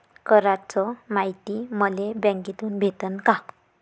कराच मायती मले बँकेतून भेटन का?